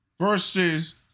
versus